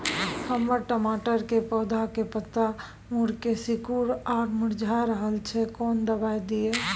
हमर टमाटर के पौधा के पत्ता मुड़के सिकुर आर मुरझाय रहै छै, कोन दबाय दिये?